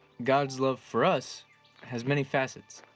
god's love for us has many facets.